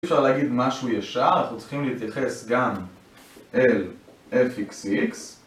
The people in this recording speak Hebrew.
אי אפשר להגיד משהו ישר, אנחנו צריכים להתייחס גם אל FXX